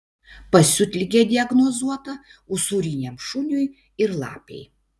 pasiutligė diagnozuota usūriniam šuniui ir lapei